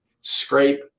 scrape